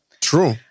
True